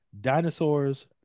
Dinosaurs